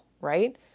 right